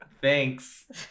Thanks